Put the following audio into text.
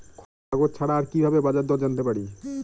খবরের কাগজ ছাড়া আর কি ভাবে বাজার দর জানতে পারি?